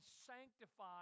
sanctify